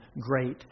great